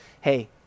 Hey